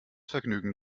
vergnügen